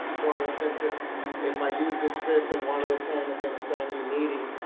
for instance, if if i use the script and want to attend again, a standing meeting,